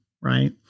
Right